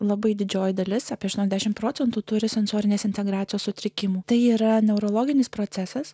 labai didžioji dalis apie aštuoniasdešim procentų turi sensorinės integracijos sutrikimų tai yra neurologinis procesas